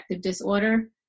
disorder